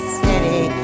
city